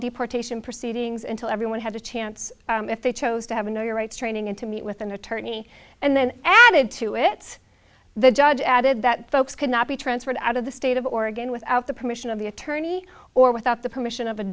deportation proceedings until everyone had a chance if they chose to have you know your rights training and to meet with an attorney and then added to it the judge added that folks could not be transferred out of the state of oregon without the permission of the attorney or without the permission of a